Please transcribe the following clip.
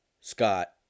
Scott